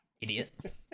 Idiot